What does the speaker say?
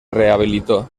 rehabilitó